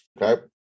Okay